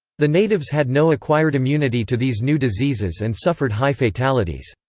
the natives had no acquired immunity to these new diseases and suffered high fatalities.